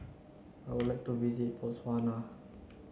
I would like to visit Botswana